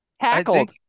tackled